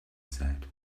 said